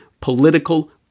political